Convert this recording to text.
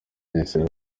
bugesera